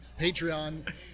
Patreon